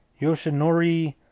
Yoshinori